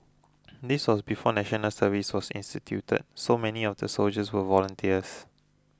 this was before National Service was instituted so many of the soldiers were volunteers